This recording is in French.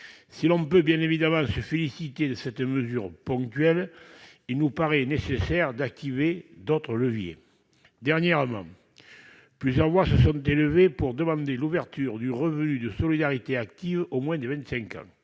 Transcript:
Si l'on peut bien évidemment se féliciter de cette mesure ponctuelle, il nous paraît nécessaire d'activer d'autres leviers. Dernièrement, plusieurs voix se sont élevées pour demander l'ouverture du revenu de solidarité active aux moins de 25 ans,